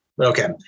okay